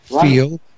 feel